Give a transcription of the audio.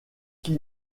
qui